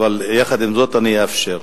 אבל עם זאת אני אאפשר.